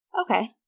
Okay